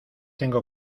tengo